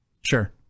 Sure